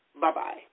Bye-bye